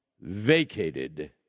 vacated